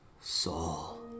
Saul